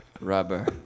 Rubber